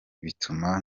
bituma